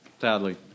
sadly